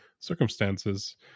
circumstances